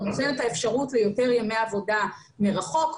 הוא נותן את האפשרות ליותר ימי עבודה מרחוק,